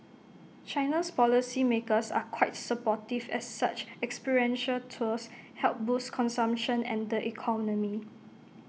China's policy makers are quite supportive as such experiential tours help boost consumption and the economy